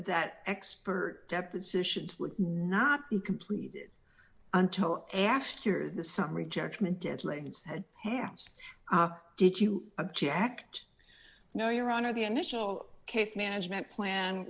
that expert depositions would not be completed until after the summary judgment good legs had passed did you object no your honor the initial case management plan